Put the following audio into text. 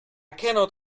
cannot